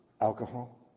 Alcohol